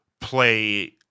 play